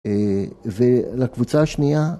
ולקבוצה השנייה